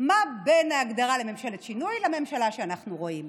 מה בין ההגדרה לממשלת שינוי לממשלה שאנחנו רואים?